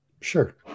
Sure